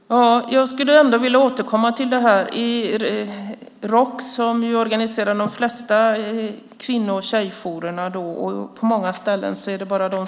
Fru talman! Jag skulle vilja återkomma till det jag tog upp tidigare. Roks organiserar de flesta kvinno och tjejjourer, och på många ställen finns bara de.